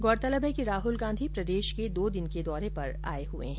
गौरतलब है कि राहुल गांधी प्रदेश के दो दिन के दौरे पर आये हुए है